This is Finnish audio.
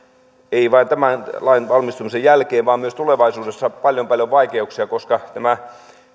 ei vain tämän lain valmistumisen jälkeen vaan myös tulevaisuudessa paljon paljon vaikeuksia koska tämä